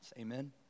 Amen